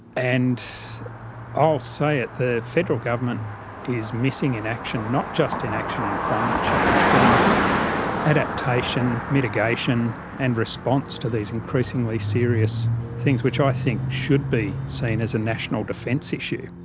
and i'll say it, the federal government is missing in action, not just in action on climate change but in adaptation, mitigation and response to these increasingly serious things which i think should be seen as a national defense issue.